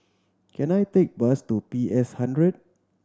can I take bus to P S Hundred